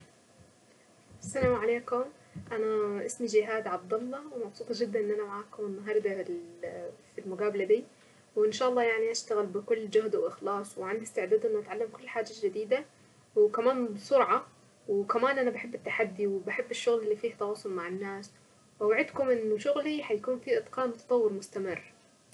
السلام عليكم انا اسمي جهاد عبد الله ومبسوطة جدا ان انا معكم المقابلة النهاردة دي وان شاء الله يعني اشتغل بكل جهد واخلاص وعندي استعداد إني اتعلم كل حاجة جديدة وكمان بسرعة. وكمان انا بحب التحدي وبحب الشغل اللي فيه التواصل مع الناس بوعدكم إن شغلي في اتقان يعجبكم.